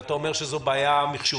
אתה אומר שזאת בעיה מחשובית.